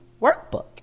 workbook